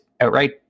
outright